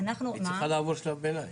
היא צריכה לעבור שלב ביניים.